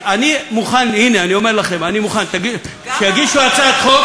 אני מוכן שיגישו הצעת חוק,